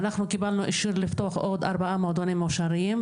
אנחנו קיבלנו עוד 4 מועדוני מאושרים.